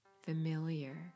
familiar